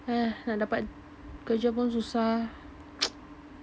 nak dapat kerja pun susah